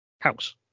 house